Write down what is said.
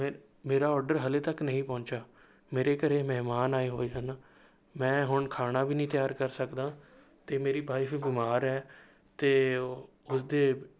ਮੈਂ ਮੇਰਾ ਆਰਡਰ ਹਾਲੇ ਤੱਕ ਨਹੀਂ ਪਹੁੰਚਿਆ ਮੇਰੇ ਘਰ ਮਹਿਮਾਨ ਆਏ ਹੋਏ ਹਨ ਮੈਂ ਹੁਣ ਖਾਣਾ ਵੀ ਨਹੀਂ ਤਿਆਰ ਕਰ ਸਕਦਾ ਅਤੇ ਮੇਰੀ ਵਾਈਫ ਬਿਮਾਰ ਹੈ ਅਤੇ ਉਹ ਉਸਦੇ